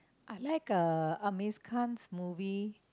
I like uh Aamir Khan's movie